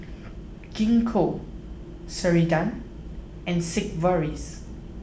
Gingko Ceradan and Sigvaris